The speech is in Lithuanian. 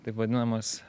taip vadinamas